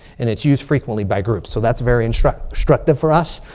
and it's used frequently by groups. so that's very instruct destructive for us.